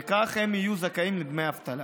וכך הם יהיו זכאים לדמי אבטלה.